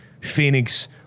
Phoenix